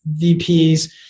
VPs